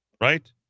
right